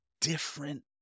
different